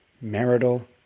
marital